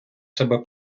себе